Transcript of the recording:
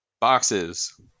boxes